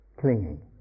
clinging